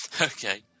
Okay